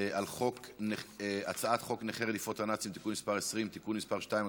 על הצעת חוק נכי רדיפות הנאצים (תיקון מס' 20) (תיקון מס' 2),